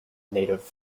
native